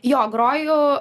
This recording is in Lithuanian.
jo groju